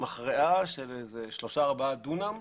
מחראה של איזה שלושה-ארבעה דונם,